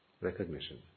Recognition